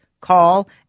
call